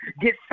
get